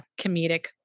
comedic